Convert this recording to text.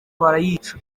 barayica